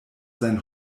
sein